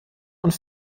und